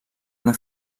una